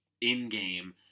in-game